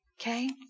Okay